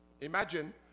Imagine